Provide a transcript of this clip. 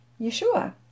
Yeshua